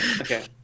Okay